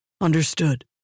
Understood